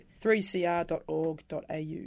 3cr.org.au